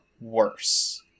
worse